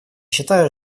считаю